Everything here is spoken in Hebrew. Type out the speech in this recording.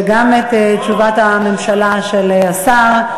וגם את תשובת הממשלה של השר.